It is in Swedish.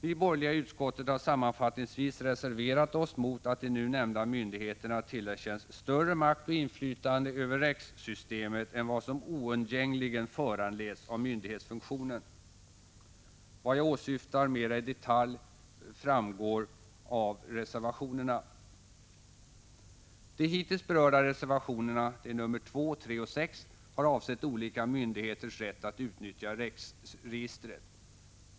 Vi borgerliga i utskottet har sammanfattningsvis reserverat oss mot att de nu nämnda myndigheterna tillerkänns större makt och inflytande över REX-systemet än vad som oundgängligen föranleds av myndighetsfunktionen. Vad jag åsyftar mera i detalj framgår av reservationerna. De hittills berörda reservationerna — 2, 3 och 6 — har avsett olika myndigheters rätt att utnyttja REX-registret.